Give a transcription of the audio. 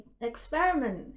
Experiment